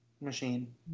machine